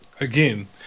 again